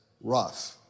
rough